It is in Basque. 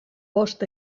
bost